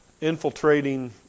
infiltrating